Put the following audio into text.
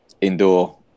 indoor